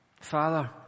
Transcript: father